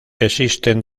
existen